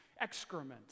excrement